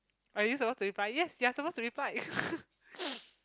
are you supposed to reply yes you are supposed to reply